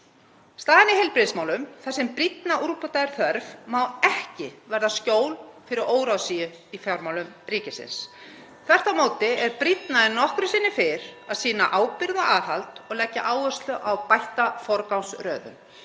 Staðan í heilbrigðismálum, þar sem brýnna úrbóta er þörf, má ekki verða skjól fyrir óráðsíu í fjármálum ríkisins. (Forseti hringir.) Þvert á móti er brýnna en nokkru sinni fyrr að sýna ábyrgð og aðhald og leggja áherslu á bætta forgangsröðun.